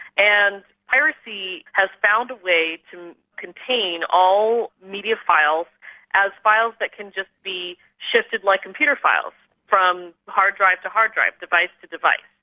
and piracy has found a way to contain all media files as files that can just be shifted like computer files from hard drive to hard drive, device to device.